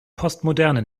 postmoderne